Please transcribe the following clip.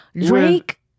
drake